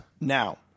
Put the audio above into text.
Now